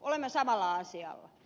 olemme samalla asialla